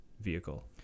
vehicle